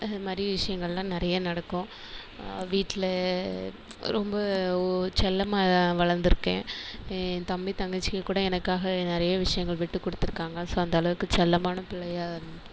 அந்த மாதிரி விஷயங்கள் எல்லாம் நிறைய நடக்கும் வீட்டில் ரொம்ப செல்லமாக வளர்ந்துருக்கேன் என் தம்பி தங்கச்சிங்க கூட எனக்காக நிறைய விஷயங்கள் விட்டு கொடுத்துருக்காங்க ஸோ அந்த அளவுக்கு செல்லமான பிள்ளையாக